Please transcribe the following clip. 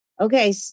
Okay